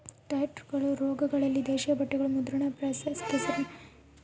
ಟೈರ್ಗಳು ರೋಲರ್ಗಳಲ್ಲಿ ದೇಶೀಯ ಬಟ್ಟೆಗ ಮುದ್ರಣ ಪ್ರೆಸ್ಗಳು ಕೆಸರಿನ ನಿರ್ವಹಣೆಯ ಪೈಪ್ಗಳಿಗೂ ಬಳಸ್ತಾರ